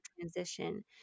transition